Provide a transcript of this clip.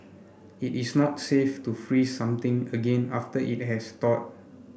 it is not safe to freeze something again after it has thawed